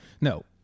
No